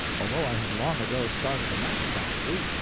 although i had long ago started a match factory,